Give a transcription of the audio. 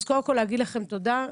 אז קודם כל להגיד לכם תודה,